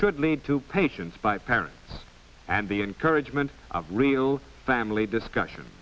should lead to patients by parents and the encouragement of real family discussion